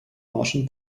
martian